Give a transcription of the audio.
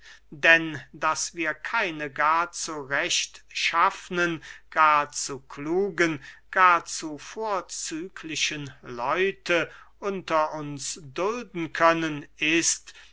denn daß wir keine gar zu rechtschaffne gar zu kluge gar zu vorzügliche leute unter uns dulden können ist